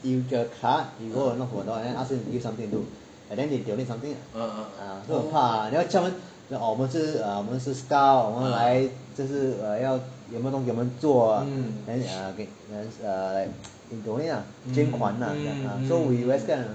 you get a card then you go and knock on the door ask them give to give something to you and then they donate something 就很怕你要叫他们我们是我们是 scout 我们来这是要有没有东西给我们做 then err like can donate lah 捐款 lah 这样 so we very scared [one]